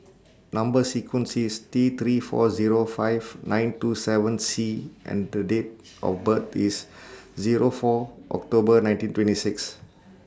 Number sequence IS T three four Zero five nine two seven C and Date of birth IS Zero four October nineteen twenty six